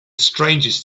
strangest